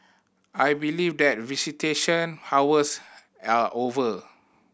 I believe that visitation hours are over